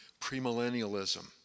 premillennialism